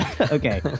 Okay